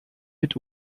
mit